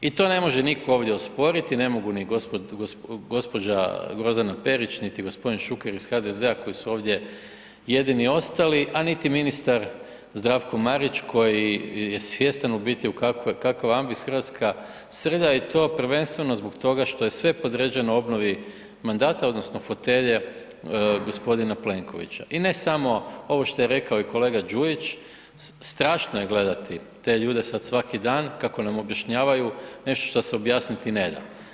I to ne može niko ovdje osporiti, ne mogu ni gđa. Grozdana Perić niti g. Šuker iz HDZ-a koji su ovdje jedini ostali a niti ministar Zdravko Marić koji je svjestan u biti u kakav ambis Hrvatska srlja i to prvenstveno zbog toga što je podređeno obnovi mandata odnosno fotelje g. Plenkovića i ne samo ovo što je rekao i kolega Đujić, strašno je gledati te ljude sad svaki dan kako nam objašnjavaju nešto što se objasniti ne da.